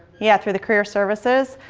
yeah, through the career services.